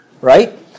right